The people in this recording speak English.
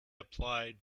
applied